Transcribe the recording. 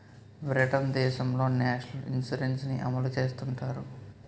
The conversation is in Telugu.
బ్రిటన్ దేశంలో నేషనల్ ఇన్సూరెన్స్ ని అమలు చేస్తుంటారు